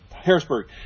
Harrisburg